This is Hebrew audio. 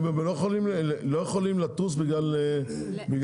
הם לא יכולים לטוס בגלל משהו.